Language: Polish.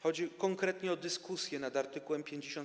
Chodzi konkretnie o dyskusję nad art. 55a.